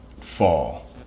fall